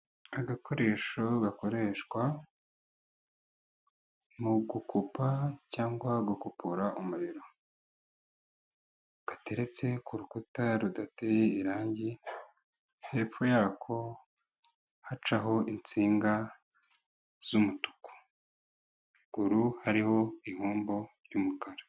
Agakoresho gakoreshwa mu gukupa cyangwa gukupura umuriro gateretse ku rukuta rudateye irangi hepfo yako hacaho insinga z'umutuku ruguru hariho ihombo ry'umukara.